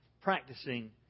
practicing